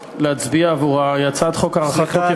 להצביע עבורה היא הצעת חוק הארכת תוקף צו הגנה,